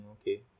Okay